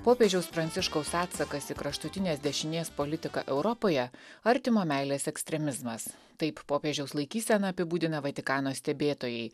popiežiaus pranciškaus atsakas į kraštutinės dešinės politiką europoje artimo meilės ekstremizmas taip popiežiaus laikyseną apibūdina vatikano stebėtojai